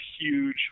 huge